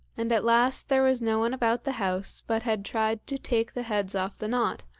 and at last there was no one about the house but had tried to take the heads off the knot,